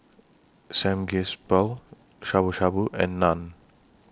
Samgeyopsal Shabu Shabu and Naan